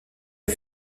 aux